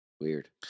Weird